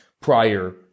prior